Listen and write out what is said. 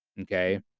Okay